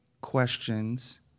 questions